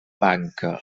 banca